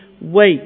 wait